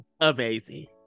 amazing